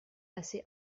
assez